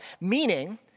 meaning